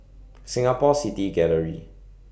Singapore City Gallery